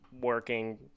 working